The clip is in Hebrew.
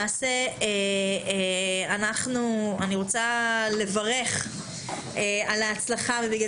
למעשה אני רוצה לברך על ההצלחה לכן